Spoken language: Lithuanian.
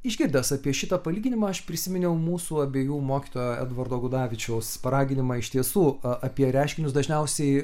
išgirdęs apie šitą palyginimą aš prisiminiau mūsų abiejų mokytojo edvardo gudavičiaus paraginimą iš tiesų apie reiškinius dažniausiai